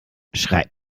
schreibt